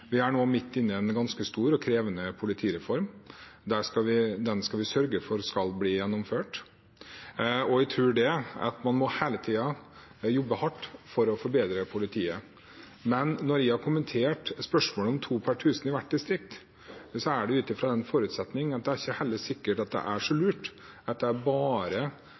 Vi er nå midt inne i en ganske stor og krevende politireform. Den skal vi sørge for skal bli gjennomført, og jeg tror at man hele tiden må jobbe hardt for å forbedre politiet. Når jeg har kommentert spørsmålet om to per tusen i hvert distrikt, er det ut fra den forutsetningen at det heller ikke er sikkert at det er så lurt at de nye ressursene som skal komme til politiet, nødvendigvis skal være personer som er utdannet på Politihøgskolen. Det